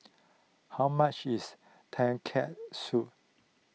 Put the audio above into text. how much is Tonkatsu